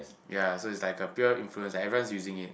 ya so it's like a pure influence everyone's using it